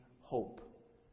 hope